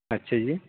ਅੱਛਾ ਜੀ